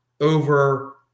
over